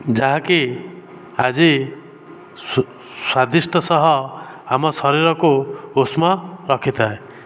ଯାହାକି ଆଜି ସ୍ୱାଦିଷ୍ଟ ସହ ଆମ ଶରୀରକୁ ଉଷ୍ମ ରଖିଥାଏ